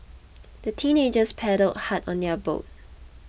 the teenagers paddled hard on their boat